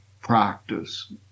practice